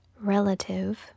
relative